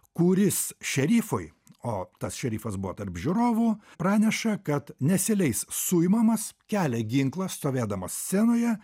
kuris šerifui o tas šerifas buvo tarp žiūrovų praneša kad nesileis suimamas kelia ginklą stovėdamas scenoje